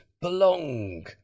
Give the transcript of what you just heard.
belong